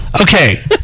Okay